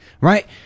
right